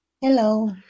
Hello